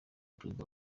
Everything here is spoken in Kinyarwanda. perezida